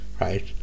right